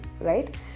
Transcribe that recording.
right